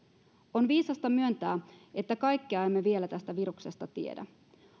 on viisasta myöntää että kaikkea emme vielä tästä viruksesta tiedä